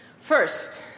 First